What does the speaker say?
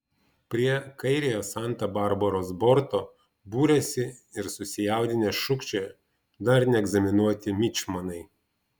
prie kairiojo santa barbaros borto būrėsi ir susijaudinę šūkčiojo dar neegzaminuoti mičmanai